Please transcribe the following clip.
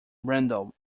randall